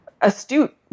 astute